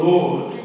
Lord